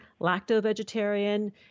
lacto-vegetarian